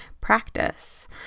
practice